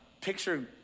picture